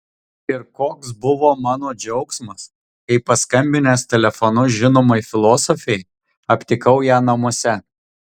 ir koks buvo mano džiaugsmas kai paskambinęs telefonu žinomai filosofei aptikau ją namuose